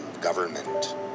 government